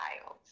child